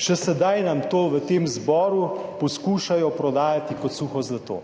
Še sedaj nam to v tem zboru poskušajo prodajati kot suho zlato.